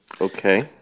Okay